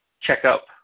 checkup